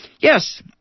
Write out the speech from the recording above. Yes